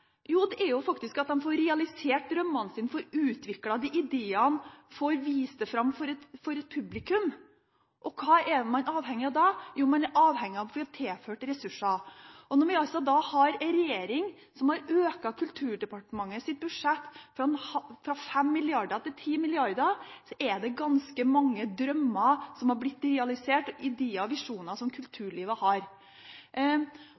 Jo, det er å få realisert drømmene sine, få utviklet ideene og få vist det fram for et publikum. Hva er det man er avhengig av da? Jo, man er avhengig av å få tilført ressurser. Når vi har en regjering som har økt Kulturdepartementets budsjett fra 5 mrd. kr til 10 mrd. kr, er det ganske mange drømmer, ideer og visjoner som kulturlivet har, som har blitt realisert.